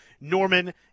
Norman